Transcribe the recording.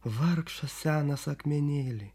vargšas senas akmenėli